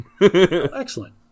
Excellent